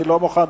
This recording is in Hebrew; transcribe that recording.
אני לא מוכן